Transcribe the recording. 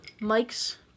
Mike's